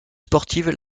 sportives